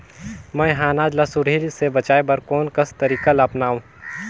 मैं ह अनाज ला सुरही से बचाये बर कोन कस तरीका ला अपनाव?